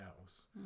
else